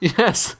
yes